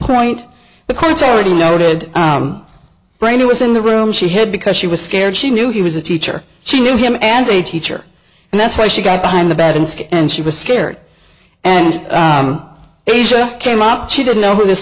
and the courts already noted brain it was in the room she had because she was scared she knew he was a teacher she knew him as a teacher and that's why she got behind the baton skit and she was scared and asia came up she didn't know who this